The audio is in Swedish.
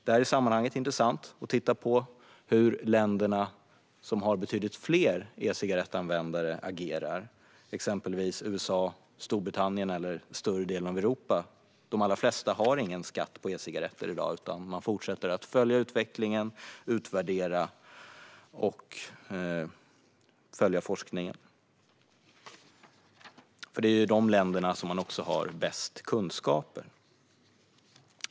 Det är i sammanhanget intressant att titta på hur de länder som har betydligt fler e-cigarettanvändande agerar, exempelvis USA, Storbritannien och större delen av Europa. De allra flesta har i dag ingen skatt på e-cigaretter utan fortsätter att följa utvecklingen, utvärdera och följa forskningen. Det är ju i dessa länder som kunskaperna är störst.